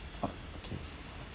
okay